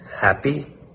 happy